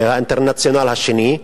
האינטרנציונל השני,